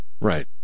Right